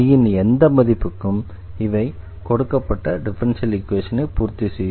c ன் எந்த மதிப்புக்கும் இவை கொடுக்கப்பட்ட டிஃபரன்ஷியல் ஈக்வேஷனை பூர்த்தி செய்யும்